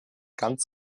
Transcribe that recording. ganz